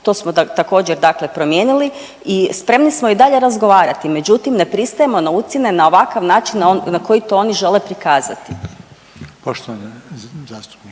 to smo također dakle promijenili i spremni smo i dalje razgovarati, međutim ne pristajemo na ucjene na ovakav način na koji to oni žele prikazati.